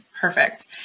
Perfect